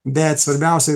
bet svarbiausia